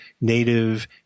native